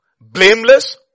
Blameless